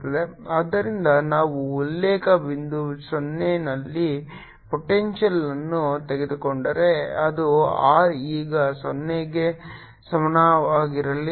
ಆದ್ದರಿಂದ ನಾವು ಉಲ್ಲೇಖ ಬಿಂದು 0 ನಲ್ಲಿ ಪೊಟೆಂಶಿಯಲ್ ಅನ್ನು ತೆಗೆದುಕೊಂಡರೆ ಅದು r ಈಗ 0 ಗೆ ಸಮಾನವಾಗಿರಲಿ